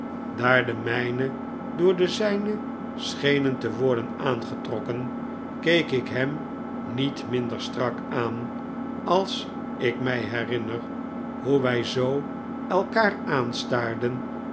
daar de mijne door de zijne schenen te worden aangetrokken keek ik hem diet minder strak aan als ik mij herinner jioe wij zoo elkaar aanstaarden